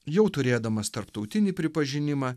jau turėdamas tarptautinį pripažinimą